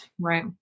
Right